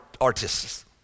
artists